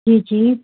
जी जी